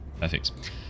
Perfect